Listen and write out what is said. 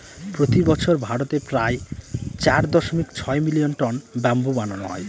প্রতি বছর ভারতে প্রায় চার দশমিক ছয় মিলিয়ন টন ব্যাম্বু বানানো হয়